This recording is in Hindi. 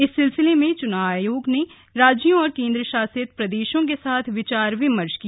इस सिलसिले में उसने राज्यों और केंद्र शासित प्रदेशों के साथ विचार विमर्श किया